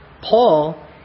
Paul